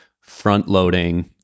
front-loading